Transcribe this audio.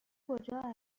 کلانتری